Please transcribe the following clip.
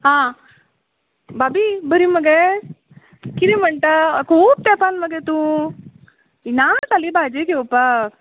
हां भाभी बरी मगे कितें म्हणटा खूब तेंपान मगे तूं ना जाली भाजी घेवपाक